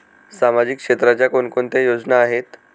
सामाजिक क्षेत्राच्या कोणकोणत्या योजना आहेत?